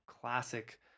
classic